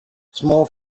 small